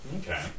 Okay